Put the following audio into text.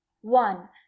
one